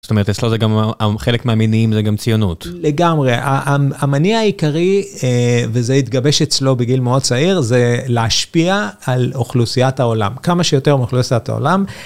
זאת אומרת אצלו גם חלק מהמניעים זה גם ציונות. לגמרי. המניע העיקרי וזה התגבש אצלו בגיל מאוד צעיר, זה להשפיע על אוכלוסיית העולם. כמה שיותר מאוכלוסיית העולם.